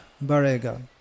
barega